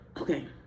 okay